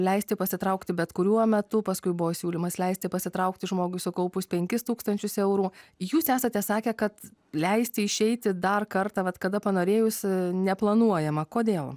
leisti pasitraukti bet kuriuo metu paskui buvo siūlymas leisti pasitraukti žmogui sukaupus penkis tūkstančius eurų jūs esate sakę kad leisti išeiti dar kartą vat kada panorėjus neplanuojama kodėl